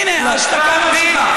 הינה, ההשתקה ממשיכה.